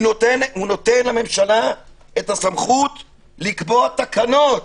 הוא נותן לממשלה את הסמכות לקבוע תקנות